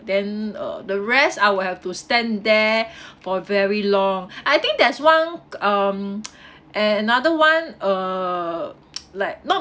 then uh the rest I will have to stand there for very long I think there's one um and another one uh like not